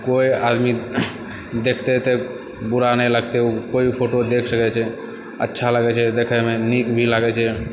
कोइ आदमी देखतै तऽ बुरा नहि लगतै कोइ भी फोटो देख सकै छै अच्छा लागै छै देखैमे नीक भी लागै छै